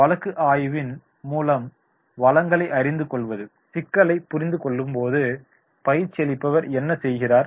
வழக்கு ஆய்வின் மூலம் வளங்களைப் அறிந்து சிக்கலைப் புரிந்துகொள்ளும்போது பயிற்சியளிப்பவர் என்ன செய்கிறார்